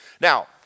Now